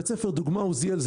בבית ספר דוגמה עוזיאל,